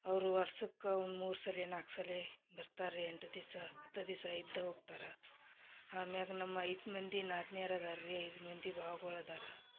ಅವರು ವರ್ಷಕ್ಕ ಒಂದು ಮೂರು ಸಲಿ ನಾಲ್ಕು ಸಲಿ ಬರ್ತಾರ ರೀ ಎಂಟು ದಿವಸ ಹತ್ತು ದಿವಸ ಇದ್ದ ಹೋಗ್ತಾರ ಆಮ್ಯಾಗ ನಮ್ಮ ಐದು ಮಂದಿ ನಾದ್ನಿಯರು ಅದಾರ ರೀ ಐದು ಮಂದಿ ಬಾವ್ಗಳು ಅದಾರ